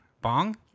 Bong